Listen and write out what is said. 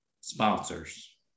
sponsors